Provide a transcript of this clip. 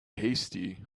hasty